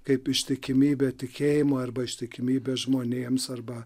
kaip ištikimybė tikėjimui arba ištikimybė žmonėms arba